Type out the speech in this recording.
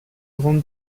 grande